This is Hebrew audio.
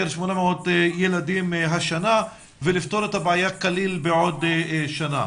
800 ילדים השנה ולפתור את הבעיה כליל בעוד שנה.